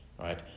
right